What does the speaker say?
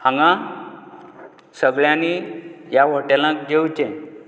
हांगा सगल्यांनी ह्या हाॅटेलांत येवचें